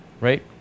Right